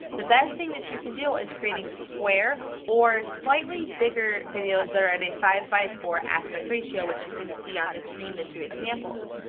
the best thing that you can do is creating square or slightly bigger videos that are at a five x four aspect ratio, which you can see on the screen, the two examples.